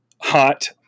hot